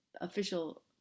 official